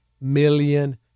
million